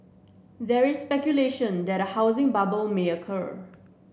there is speculation that a housing bubble may occur